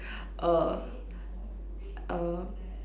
err a